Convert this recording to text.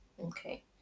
okay